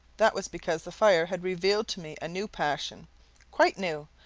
that was because the fire had revealed to me a new passion quite new,